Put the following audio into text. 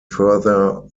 further